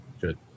Good